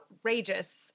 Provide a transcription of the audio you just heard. outrageous